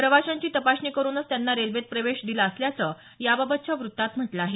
प्रवाशांची तपासणी करूनच त्यांना रेल्वेत प्रवेश दिला असल्याचं याबाबतच्या वृत्तात म्हटल आहे